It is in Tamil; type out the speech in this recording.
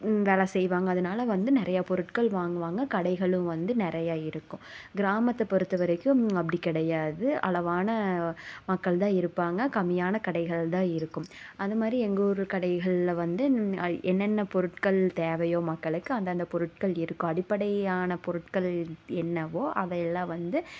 வேலை செய்வாங்க அதனால வந்து நிறையா பொருட்கள் வாங்குவாங்க கடைகளும் வந்து நிறைய இருக்கும் கிராமத்தை பொறுத்த வரைக்கும் அப்படி கிடையாது அளவான மக்கள்தான் இருப்பாங்க கம்மியான கடைகள்தான் இருக்கும் அதுமாதிரி எங்கூரு கடைகளில் வந்து என்னென்ன பொருட்கள் தேவையோ மக்களுக்கு அந்தந்த பொருட்கள் இருக்கும் அடிப்படையான பொருட்கள் என்னவோ அதையெல்லான் வந்து